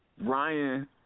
Ryan